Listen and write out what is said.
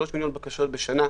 3 מיליון בקשות בשנה.